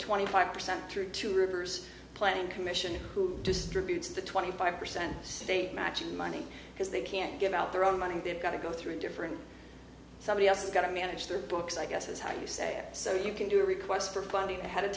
twenty five percent through two rivers planning commission who distributes the twenty five percent state matching money because they can't give out their own money they've got to go through different somebody else you've got to manage their books i guess it's how you say so you can do requests for planning ahead of